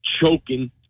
choking